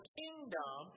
kingdom